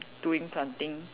doing something